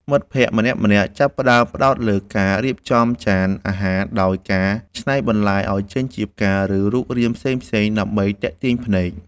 មិត្តភក្តិម្នាក់ៗចាប់ផ្ដើមផ្ដោតលើការរៀបចំចានអាហារ ដោយការច្នៃបន្លែឱ្យចេញជាផ្កា ឬរូបរាងផ្សេងៗដើម្បីទាក់ទាញភ្នែក។